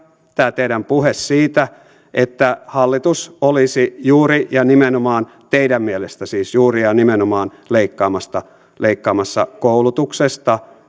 tämä teidän puheenne siitä että hallitus olisi juuri ja nimenomaan siis teidän mielestänne juuri ja nimenomaan leikkaamassa koulutuksesta